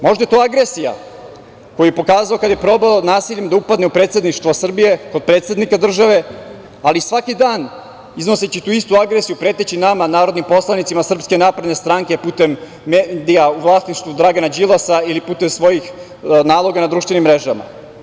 Možda je to agresija koju je pokazao kada je probao nasiljem da upadne u predsedništvo Srbije, kod predsednika države, ali svaki dan, iznoseći tu istu agresiju, preteći nama, narodnim poslanicima SNS, putem medija u vlasništvu Dragana Đilasa ili putem svojih naloga na društvenim mrežama.